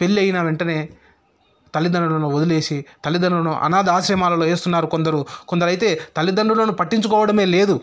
పెళ్లయిన వెంటనే తల్లిదండ్రులను వదిలేసి తల్లిదండ్రులను అనాధాశ్రమాలలో వేస్తున్నారు కొందరు కొందరైతే తల్లిదండ్రులను పట్టించుకోవడమే లేదు